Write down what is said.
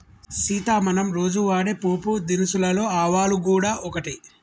సీత మనం రోజు వాడే పోపు దినుసులలో ఆవాలు గూడ ఒకటి